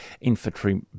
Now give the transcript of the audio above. Infantry